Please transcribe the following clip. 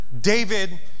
David